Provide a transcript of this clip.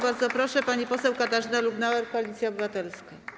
Bardzo proszę, pani poseł Katarzyna Lubnauer, Koalicja Obywatelska.